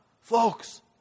folks